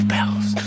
Bells